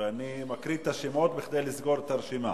ואני מקריא את השמות כדי לסגור את הרשימה.